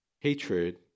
hatred